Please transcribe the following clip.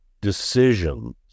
decisions